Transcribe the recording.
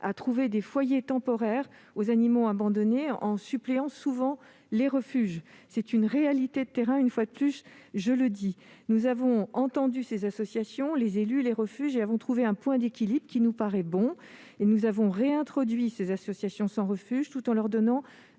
à trouver des foyers temporaires pour les animaux abandonnés, en suppléant souvent les refuges. C'est une réalité de terrain- je tiens, une fois de plus, à le souligner. Nous avons entendu ces associations, les élus et les refuges, et nous avons trouvé un point d'équilibre qui nous paraît bon. Nous avons réintroduit les associations sans refuge dans le texte, tout en leur donnant